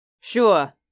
Sure